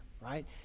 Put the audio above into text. right